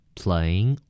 playing